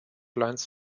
lines